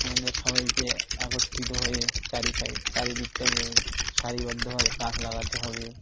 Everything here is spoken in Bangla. আমাদের সবাইকে একত্রিত হয়ে চারি সাইড চারিদিকটাকে সারিবদ্ধ ভাবে গাছ লাগাতে হবে